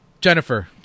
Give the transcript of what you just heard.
Jennifer